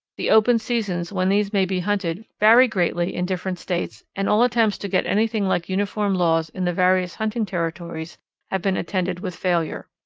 the open seasons when these may be hunted vary greatly in different states and all attempts to get anything like uniform laws in the various hunting territories have been attended with failure.